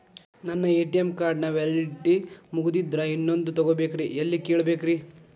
ನನ್ನ ATM card ನ validity ಮುಗದದ್ರಿ ಇನ್ನೊಂದು ತೊಗೊಬೇಕ್ರಿ ಎಲ್ಲಿ ಕೇಳಬೇಕ್ರಿ?